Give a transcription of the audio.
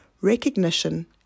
recognition